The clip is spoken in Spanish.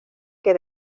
que